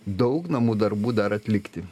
daug namų darbų dar atlikti